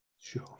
Sure